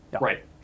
right